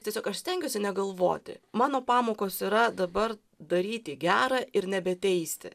tiesiog aš stengiuosi negalvoti mano pamokos yra dabar daryti gera ir nebeteisti